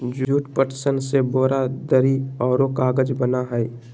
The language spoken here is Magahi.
जूट, पटसन से बोरा, दरी औरो कागज बना हइ